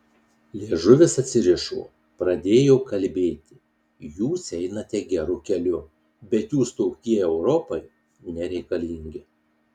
liežuvis atsirišo pradėjo kalbėti jūs einate geru keliu bet jūs tokie europai nereikalingi